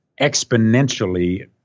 exponentially